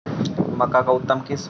मक्का के उतम किस्म?